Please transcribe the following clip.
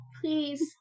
please